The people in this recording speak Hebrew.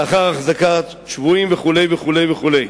לאחר החזקה בשבויים וכו' וכו'.